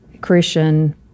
Christian